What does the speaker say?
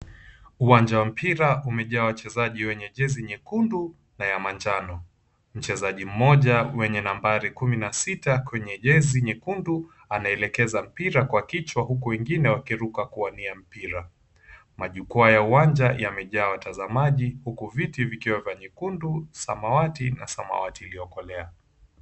Uwanja wa mpira umejaa wachezaji wenye jezi nyekundu na ya manjano. Mchezaji mmoja mwenye nambari kumi na sita kwenye jezi nyekundu anaelekeza mpira kwa kichwa huku wengine wakiruka kuwania mpira. Majukwaa ya uwanja yamejaa watazamaji huku viti vikiwa vya nyekundu, samawati na samawati iliyokolea.